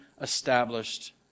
established